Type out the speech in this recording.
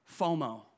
FOMO